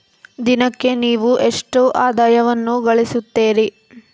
ದಿನಕ್ಕೆ ನೇವು ಎಷ್ಟು ಆದಾಯವನ್ನು ಗಳಿಸುತ್ತೇರಿ?